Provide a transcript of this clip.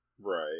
Right